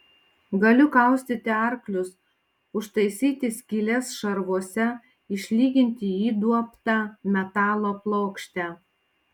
galiu kaustyti arklius užtaisyti skyles šarvuose išlyginti įduobtą metalo plokštę